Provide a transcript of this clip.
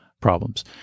problems